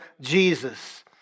Jesus